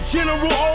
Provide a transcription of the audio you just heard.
General